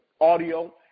audio